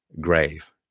grave